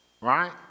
right